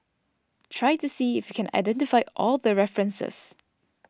try to see if you can identify all the references